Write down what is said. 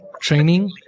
training